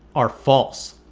are false?